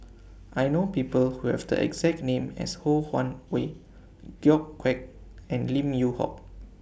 I know People Who Have The exact name as Ho Wan Hui George Quek and Lim Yew Hock